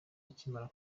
akimara